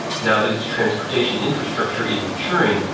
now that its transportation infrastructure is maturing,